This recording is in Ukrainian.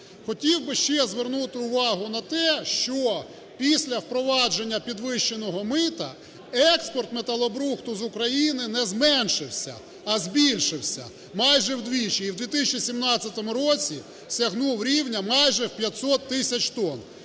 Хотів би ще звернути увагу на те, що після впровадження підвищеного мита, експорт металобрухту з України не зменшився, а збільшився майже вдвічі, і в 2017 році сягнув рівня майже в 500 тисяч тонн.